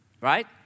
right